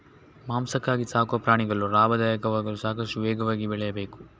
ಮಾಂಸಕ್ಕಾಗಿ ಸಾಕುವ ಪ್ರಾಣಿಗಳು ಲಾಭದಾಯಕವಾಗಲು ಸಾಕಷ್ಟು ವೇಗವಾಗಿ ಬೆಳೆಯಬೇಕು